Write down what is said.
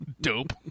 Dope